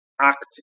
act